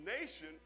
nation